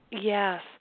Yes